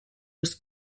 was